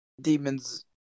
demons